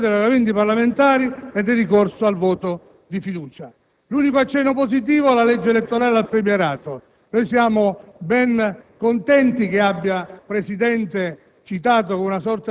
con coda di emendamenti riempitivi, della violazione dei Regolamenti parlamentari e del ricorso al voto di fiducia. L'unico accenno positivo è quello alla legge elettorale e al Premierato.